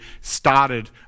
started